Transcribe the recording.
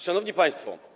Szanowni Państwo!